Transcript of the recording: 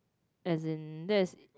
as in that's